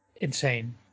insane